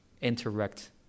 interact